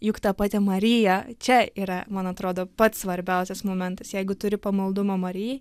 juk ta pati marija čia yra man atrodo pats svarbiausias momentas jeigu turi pamaldumą marijai